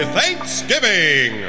Thanksgiving